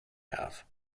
have